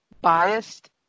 biased